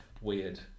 weird